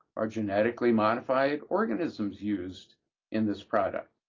are genetically modified organisms used in this product?